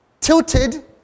tilted